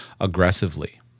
aggressively